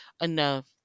enough